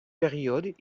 période